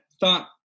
thought